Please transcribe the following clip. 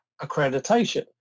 accreditation